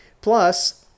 Plus